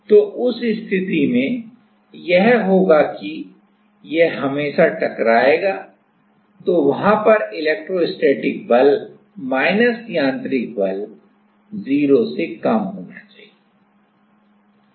तो उस स्थिति में यह होगा की यह हमेशा टकराएगा तो वहां पर इलेक्ट्रोस्टैटिक बल यांत्रिक बल 0 से कम होना चाहिए